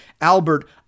Albert